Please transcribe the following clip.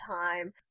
time